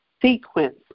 sequence